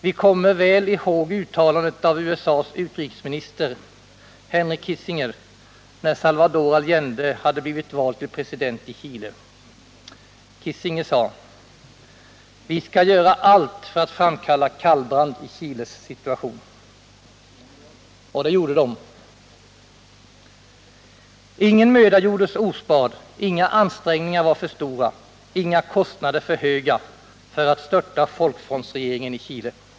Vi kommer väl ihåg uttalandet av USA:s utrikesminister, Henry Kissinger, när Salvador Allende blivit vald till president i Chile. Kissinger sade: ” Vi skall göra allt för att framkalla kallbrand i Chiles situation.” Och det gjorde de! Ingen möda sparades, inga ansträngningar var för stora och inga kostnader var för höga för att störta folkfrontsregeringen i Chile.